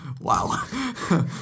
Wow